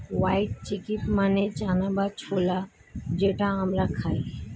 white chickpea মানে চানা বা ছোলা যেটা আমরা খাই